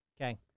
Okay